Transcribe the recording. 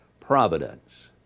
providence